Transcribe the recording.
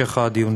להמשך הדיון.